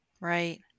Right